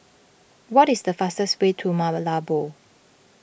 what is the fastest way to Malabo